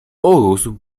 urósł